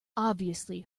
obviously